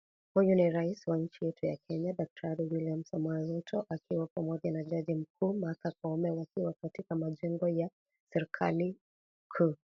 Huyu ni Rais wa nchi yetu ya Kenya daktari Wiliam Samoe Ruto akiwa pamoja na jaji mkuu Martha Koome wako ktika mazingira ya serikali kuu.